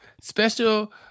special